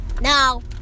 No